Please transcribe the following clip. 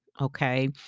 Okay